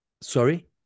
Sorry